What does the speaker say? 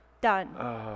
done